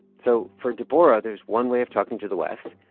so for deborah, there's one way of talking to the west,